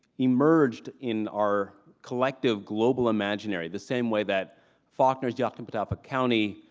emerged in our collective global imaginary, the same way that faulkner's yoknapatawpha county,